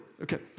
Okay